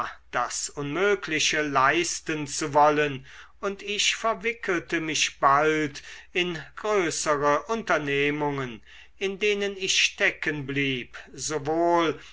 das unmögliche leisten zu wollen und ich verwickelte mich bald in größere unternehmungen in denen ich stecken blieb sowohl